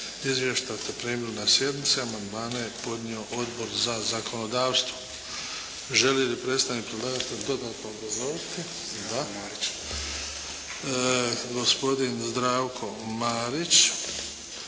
Izvješća ste primili na sjednici, amandmane je podnio Odbor za zakonodavstvo. Želi li predstavnik predlagatelja dodatno obrazložiti? Da. Gospodin Zdravko Marić,